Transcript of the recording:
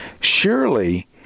Surely